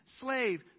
slave